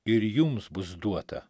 ir jums bus duota